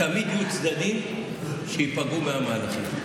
תמיד יהיו צדדים שייפגעו מהמהלכים.